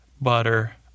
butter